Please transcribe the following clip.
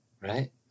right